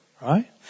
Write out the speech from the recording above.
right